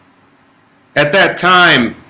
at that time